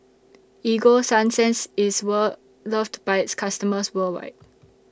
Ego Sunsense IS Well loved By its customers worldwide